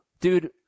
dude